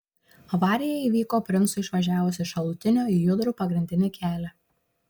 avarija įvyko princui išvažiavus iš šalutinio į judrų pagrindinį kelią